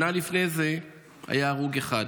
שנה לפני זה היה הרוג אחד.